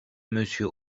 monsieur